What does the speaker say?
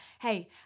hey